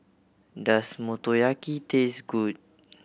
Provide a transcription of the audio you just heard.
does Motoyaki taste good